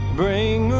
bring